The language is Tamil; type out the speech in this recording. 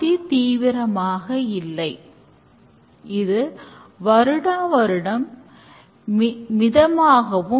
எனவே எiஐல் மாடல் பொருத்தமானது